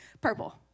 Purple